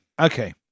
Okay